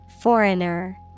Foreigner